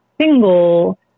single